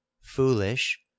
foolish